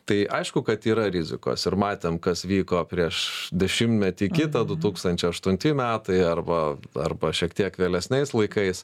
tai aišku kad yra rizikos ir matėm kas vyko prieš dešimtmetį kitą du tūkstančiai aštunti metai arba arba šiek tiek vėlesniais laikais